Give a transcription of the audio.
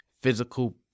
physical